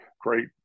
great